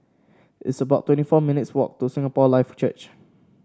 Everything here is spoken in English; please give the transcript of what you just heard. it's about twenty four minutes' walk to Singapore Life Church